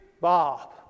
Bob